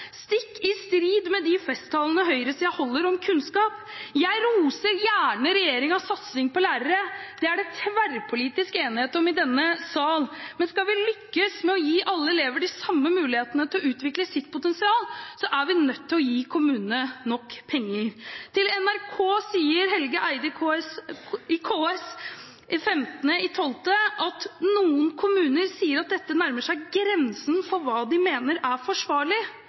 stikk i strid med de festtalene høyresiden holder om kunnskap. Jeg roser gjerne regjeringens satsing på lærerne – det er det tverrpolitisk enighet om i denne sal – men skal vi lykkes med å gi alle elever de samme mulighetene til å utvikle sitt potensial, er vi nødt til å gi kommunene nok penger. Til NRK sier Helge Eide i KS 5. desember: «Noen kommuner sier at dette nærmer seg grensen for hva de mener er forsvarlig.»